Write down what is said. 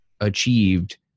achieved